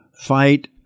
fight